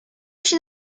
się